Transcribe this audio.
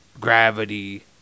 gravity